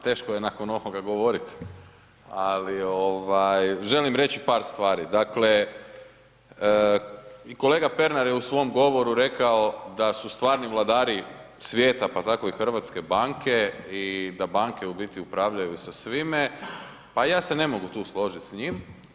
Teško je nakon ovoga govoriti ali, želim reći par stvari, dakle, kolega Pernar je u svom govoru rekao, da su stvarni vladari svijeta, pa tako i Hrvatske banke i da banke u biti upravljaju sa svime, pa ja se ne mogu tu složiti s njim.